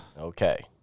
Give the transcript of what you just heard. Okay